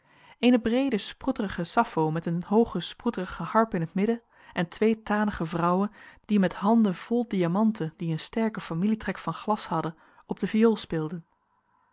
eene breede sproeterige saffo met een hooge sproeterige harp in het midden en twee tanige vrouwen die met handen vol diamanten die een sterken familietrek van glas hadden op de viool speelden